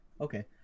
Okay